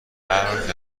هرحال